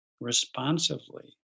responsively